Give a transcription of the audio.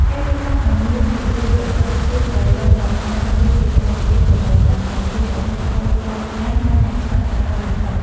ការរៀបចំដីឱ្យមានជម្រាលបន្តិចឆ្ពោះទៅរកមាត់ស្រះ គឺជាបច្ចេកទេសប្រមូលទឹក និងជួយឱ្យទឹកហូរចូលអាងបានយ៉ាងឆាប់រហ័សបំផុត។